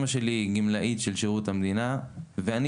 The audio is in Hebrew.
אמא שלי היא גמלאית של שירות המדינה ואני